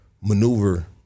maneuver